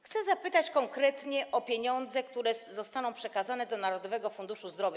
Chcę zapytać konkretnie o pieniądze, które zostaną przekazane do Narodowego Funduszu Zdrowia.